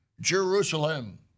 Jerusalem